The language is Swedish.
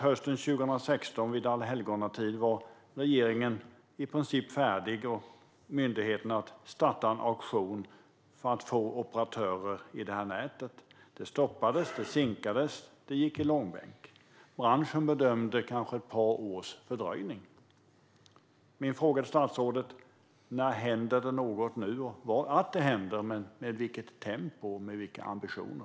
Hösten 2016, vid allhelgonatid, var regeringen i princip färdig och myndigheten kunde starta en auktion för att få operatörer i nätet. Det stoppades, sinkades och gick i långbänk, och branschen bedömde att det kanske skulle bli ett par års fördröjning. Min fråga till statsrådet är: När händer det något, med vilket tempo och med vilka ambitioner?